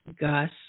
Gus